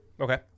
Okay